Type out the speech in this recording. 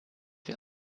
wir